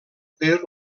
per